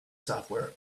software